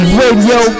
radio